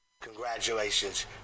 Congratulations